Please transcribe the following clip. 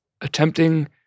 attempting